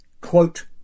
quote